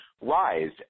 rise